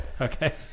Okay